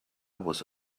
was